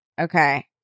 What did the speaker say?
Okay